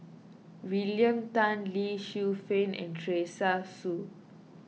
William Tan Lee Shu Fen and Teresa Hsu